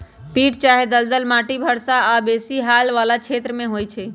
पीट चाहे दलदल माटि भारी वर्षा आऽ बेशी हाल वला क्षेत्रों में होइ छै